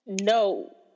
No